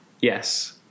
Yes